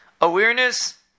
awareness